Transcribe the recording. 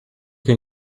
che